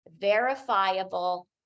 verifiable